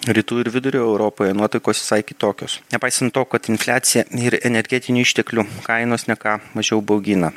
rytų ir vidurio europoje nuotaikos visai kitokios nepaisant to kad infliacija ir energetinių išteklių kainos ne ką mažiau baugina